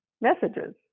messages